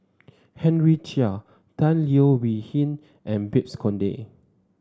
Henry Chia Tan Leo Wee Hin and Babes Conde